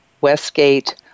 Westgate